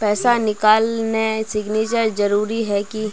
पैसा निकालने सिग्नेचर जरुरी है की?